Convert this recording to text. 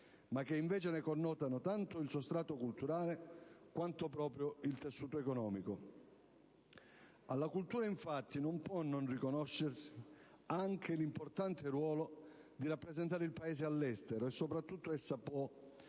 ma che invece ne connotano tanto il sostrato culturale quanto proprio il tessuto economico. Alla cultura infatti non può non riconoscersi anche l'importante ruolo di rappresentare il Paese all'estero, e soprattutto essa può